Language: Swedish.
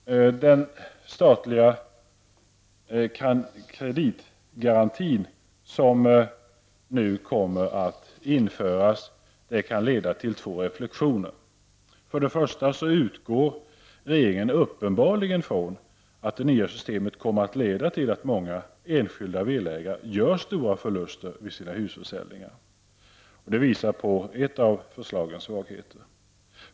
Denna statliga kreditgaranti som nu kommer att införas kan leda till två reflexioner. För det första utgår regeringen uppenbarligen från att det nya systemet kommer att leda till att många enskilda villaägare gör stora förluster vid sina husförsäljningar. Detta visar på ett av förslagets svagheter.